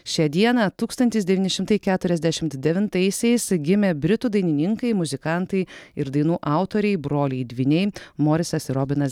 šią dieną tūkstantis devyni šimtai keturiasdešimt devintaisiais gimė britų dainininkai muzikantai ir dainų autoriai broliai dvyniai morisas ir robinas